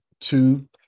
two